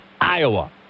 Iowa